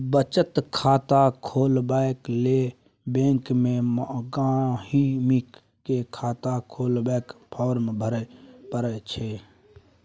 बचत खाता खोलबाक लेल बैंक मे गांहिकी केँ खाता खोलबाक फार्म भरय परय छै